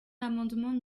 l’amendement